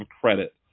credit